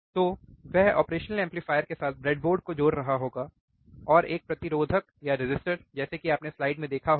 तो वह operational amplifier के साथ ब्रेडबोर्ड को जोड़ रहा होगा और एक प्रतिरोधक जैसे कि आपने स्लाइड में देखा होगा